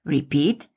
Repeat